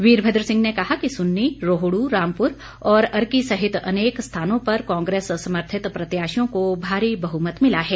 वीरभद्र सिंह ने कहा कि सुन्नी रोहडू रामपुर और अर्की सहित अनेक स्थानों पर कांग्रेस समर्थित प्रत्याशियों को भारी बहुमत मिला है